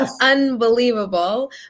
Unbelievable